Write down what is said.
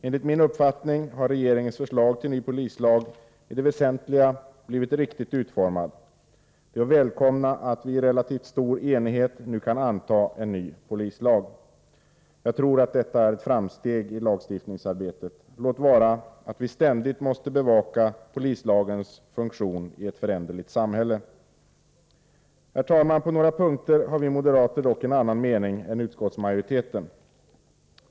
Enligt min uppfattning har regeringens förslag till ny polislag i det väsentliga blivit riktigt utformat. Det är att välkomna att vi i relativt stor enighet nu kan anta en ny polislag. Jag tror att detta är ett framsteg i lagstiftningsarbetet — låt vara att vi ständigt måste bevaka polislagens funktion i ett föränderligt samhälle. Herr talman! På några punkter har vi moderater dock en annan mening än - utskottsmajoriteten.